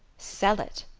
sell it?